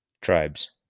tribes